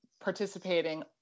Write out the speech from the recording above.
participating